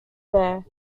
bear